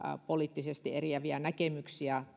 poliittisesti eriäviä näkemyksiä